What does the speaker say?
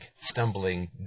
stumbling